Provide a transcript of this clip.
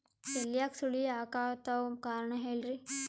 ಎಲ್ಯಾಗ ಸುಳಿ ಯಾಕಾತ್ತಾವ ಕಾರಣ ಹೇಳ್ರಿ?